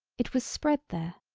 it was spread there.